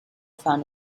found